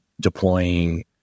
deploying